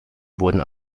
wurden